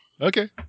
Okay